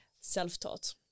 self-taught